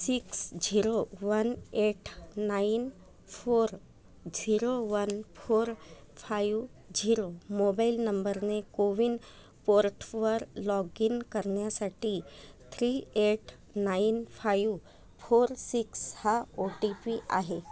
six zero one eight nine four zero one four five zero mobile नंबरने कोविन पोर्टवर log in करण्यासाठी three eight nine five four six हा O T P आहे